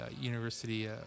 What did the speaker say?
University